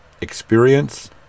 experience